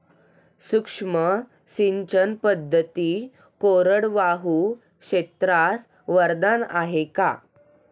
सूक्ष्म सिंचन पद्धती कोरडवाहू क्षेत्रास वरदान आहे का?